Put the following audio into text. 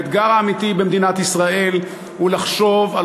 האתגר האמיתי במדינת ישראל הוא לחשוב על